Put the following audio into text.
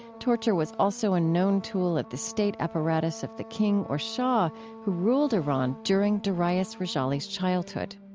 torture was also a known tool at the state apparatus of the king or shah who ruled iran during darius rejali's childhood